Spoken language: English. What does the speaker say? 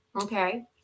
Okay